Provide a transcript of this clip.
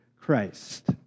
Christ